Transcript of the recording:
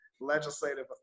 legislative